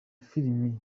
filime